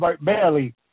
barely